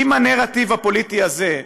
אם הנרטיב הפוליטי הזה,